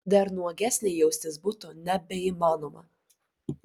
dar nuogesnei jaustis būtų nebeįmanoma